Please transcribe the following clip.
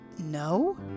No